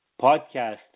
podcast